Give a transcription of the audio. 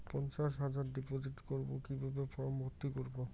পঞ্চাশ হাজার ডিপোজিট করবো কিভাবে ফর্ম ভর্তি করবো?